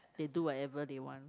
they do whatever they want